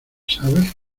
sabes